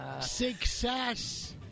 Success